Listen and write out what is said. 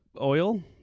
oil